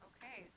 Okay